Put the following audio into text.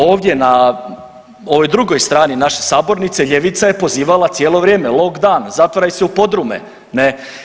Ovdje ne ovoj drugoj strani naše sabornice ljevica je pozivala cijelo vrijeme lockdown zatvaraj se u podrume, ne.